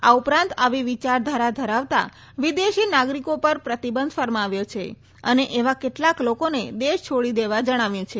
આ ઉપરાંત આવી વિચારધારા ધરાવતા વિદેશી નાગરિકો પર પ્રતિબંધ ફરમાવ્યો છે અને એવા કેટલાંક લોકોને દેશ છોડી દેવા જણાવ્યું છે